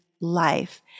life